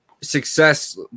success –